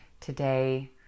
today